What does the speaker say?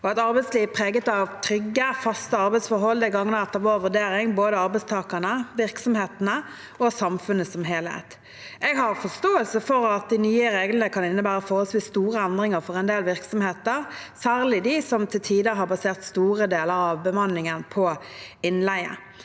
Et arbeidsliv preget av trygge og faste arbeidsforhold gagner etter vår vurdering både arbeidstakerne, virksomhetene og samfunnet som helhet. Jeg har forståelse for at de nye reglene kan innebære forholdsvis store endringer for en del virksomheter, særlig de som til tider har basert store deler av bemanningen på innleie.